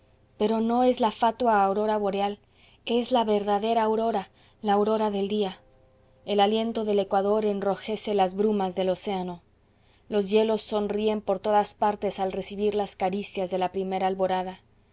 pero no es la fatua aurora boreal es la verdadera aurora la aurora del día el aliento del ecuador enrojece las brumas del océano los hielos sonríen por todas partes al recibir las caricias de la primera alborada